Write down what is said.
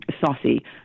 Saucy